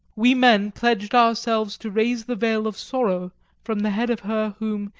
we men pledged ourselves to raise the veil of sorrow from the head of her whom,